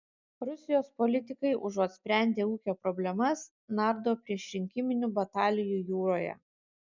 rusijos politikai užuot sprendę ūkio problemas nardo priešrinkiminių batalijų jūroje